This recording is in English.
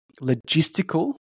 logistical